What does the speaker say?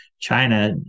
China